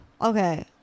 Okay